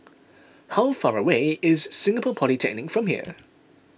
how far away is Singapore Polytechnic from here